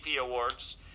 Awards